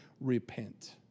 repent